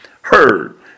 heard